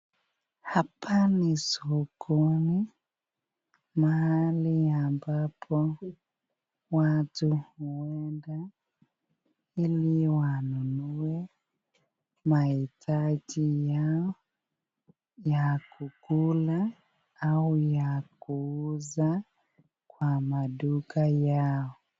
Hapa ni sokoni mahali ambapo watu uenda ili wanunue mahitaji yao ya kukula au ya kuuza kwa maduka yao.